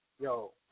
Yo